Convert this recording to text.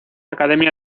academia